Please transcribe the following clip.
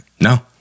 No